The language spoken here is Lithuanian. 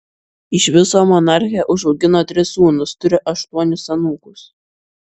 iš viso monarchė užaugino tris sūnus turi aštuonis anūkus